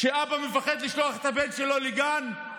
שאבא מפחד לשלוח את הבן שלו לגן?